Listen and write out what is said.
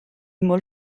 molt